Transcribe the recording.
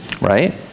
right